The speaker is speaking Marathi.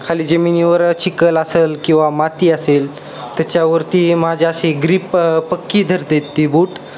खाली जमिनीवर चिखल असेल किंवा माती असेल त्याच्यावरती माझ्या अशी ग्रीप पक्की धरतात ती बूट